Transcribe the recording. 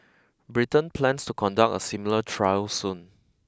Britain plans to conduct a similar trial soon